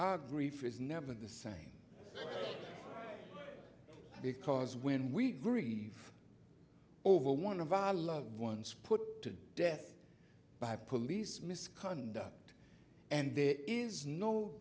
our grief is never the same because when we grieve over one of our loved ones put to death by police misconduct and there is no